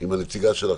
עם הנציגה שלך,